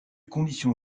conditions